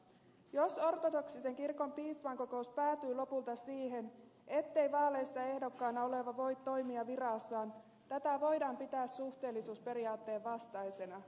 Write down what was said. jos ortodoksisen kirkon piispainkokous päätyy lopulta siihen ettei vaaleissa ehdokkaana oleva voi toimia virassaan tätä voidaan pitää suhteellisuusperiaatteen vastaisena